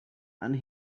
and